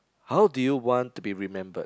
how do you want to be remembered